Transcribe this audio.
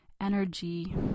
energy